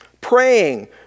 praying